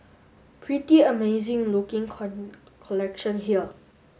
pretty amazing looking collection here